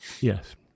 Yes